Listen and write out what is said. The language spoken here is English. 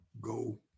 go